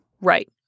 right